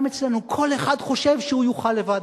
גם אצלנו כל אחד חושב שהוא יוכל לבד.